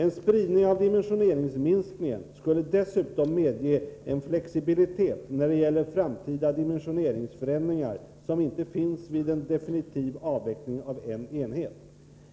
En spridning av dimensioneringsminskningen skulle dessutom medge en flexibilitet när det gäller framtida dimensioneringsförändringar som inte finns vid en definitiv avveckling av en enhet.